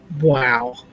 Wow